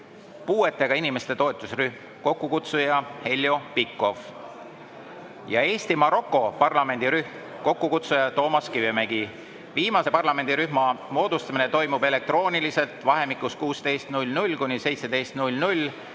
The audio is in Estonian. puuetega inimeste toetusrühm, kokkukutsuja Heljo Pikhof; ja Eesti‑Maroko parlamendirühm, kokkukutsuja Toomas Kivimägi. Viimase parlamendirühma moodustamine toimub elektrooniliselt vahemikus 16.00–17.00